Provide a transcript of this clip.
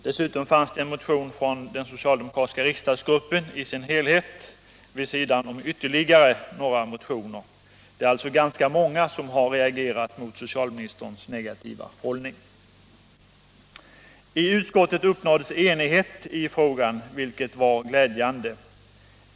Dessutom fanns det en motion från den socialdemokratiska riksdagsgruppen vid sidan om ytterligare några motioner. Det är alltså ganska många som har reagerat mot socialministerns negativa hållning. I utskottet uppnåddes enighet i frågan vilket var glädjande.